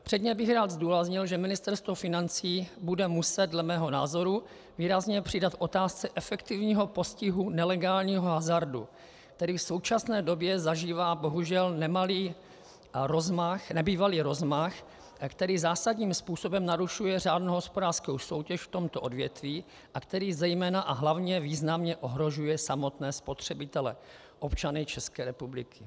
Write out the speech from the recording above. Předně bych rád zdůraznil, že Ministerstvo financí bude muset podle mého názoru výrazně přidat v otázce efektivního postihu nelegálního hazardu, který v současné době zažívá bohužel nebývalý rozmach, který zásadním způsobem narušuje řádnou hospodářskou soutěž v tomto odvětví a který zejména a hlavně významně ohrožuje samotné spotřebitele, občany České republiky.